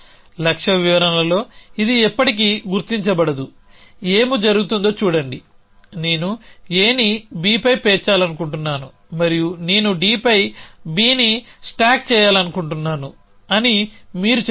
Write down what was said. లక్ష్య వివరణలో ఇది ఎప్పటికీ గుర్తించబడదు ఏమి జరుగుతుందో చూడండి నేను Aని Bపై పేర్చాలనుకుంటున్నాను మరియు నేను Dపై Bని స్టాక్ చేయాలను కుంటున్నాను అని మీరు చెబుతారు